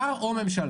שר או ממשלה.